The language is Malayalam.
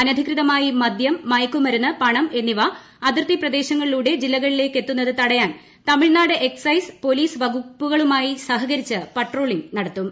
അനധികൃതമായി മദ്യം മയക്കുമരുന്ന് പണം എന്നിവ അതിർത്തി പ്രദേശങ്ങളിലൂടെ ജില്ലകളിലെത്തുന്നത് തടയാൻ തമിഴ്നാട് എക്സൈസ് പോലീസ് വകുപ്പുകളുമായി സഹകരിച്ച് ജോയിന്റ് പട്രോളിംഗ് നടത്തും